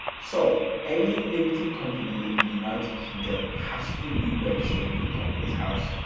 so amy limited company in the united kingdom has to be registered with company's house.